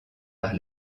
par